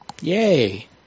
Yay